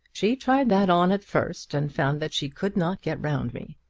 she tried that on at first, and found that she could not get round me.